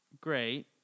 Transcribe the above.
great